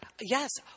Yes